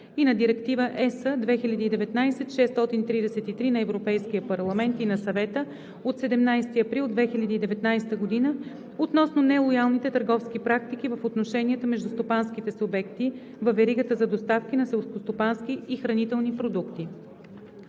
и на Директива (ЕС) 2019/633 на Европейския парламент и на Съвета от 17 април 2019 г. относно нелоялните търговски практики в отношенията между стопанските субекти във веригата за доставки на селскостопански и хранителни продукти.